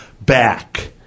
back